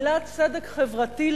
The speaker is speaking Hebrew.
"צדק חברתי",